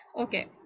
okay